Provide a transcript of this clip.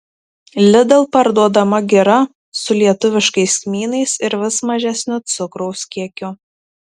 lidl parduodama gira su lietuviškais kmynais ir vis mažesniu cukraus kiekiu